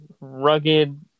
rugged